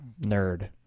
nerd